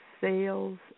sales